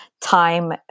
time